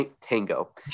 Tango